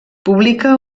publica